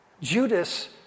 Judas